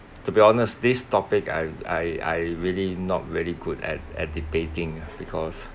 to be honest this topic I I I really not very good at at debating ah because